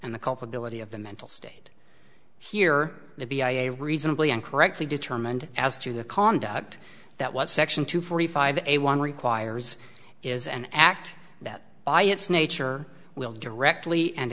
and the culpability of the mental state here the b i a reasonably and correctly determined as to the conduct that what section two forty five a one requires is an act that by its nature will directly and